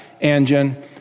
engine